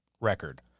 record